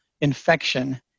infection